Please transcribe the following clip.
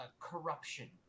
corruption